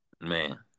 Man